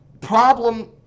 Problem